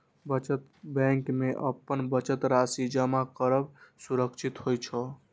बचत बैंक मे अपन बचत राशि जमा करब सुरक्षित होइ छै